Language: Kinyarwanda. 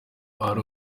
ahari